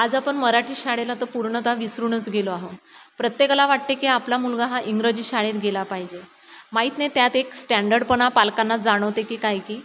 आज आपण मराठी शाळेला तर पूर्णत विसरूनच गेलो आहो प्रत्येकाला वाटते की आपला मुलगा हा इंग्रजी शाळेत गेला पाहिजे माहीत नाही त्यात एक स्टँडर्डपणा पालकांना जाणवते की काय की